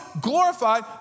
glorified